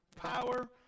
power